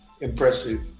Impressive